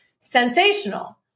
sensational